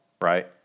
right